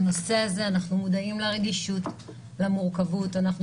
אנחנו מודעים לרגישות של ולמורכבות של הנושא הזה.